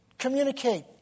Communicate